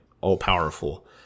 all-powerful